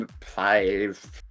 five